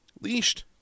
Leashed